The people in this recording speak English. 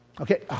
Okay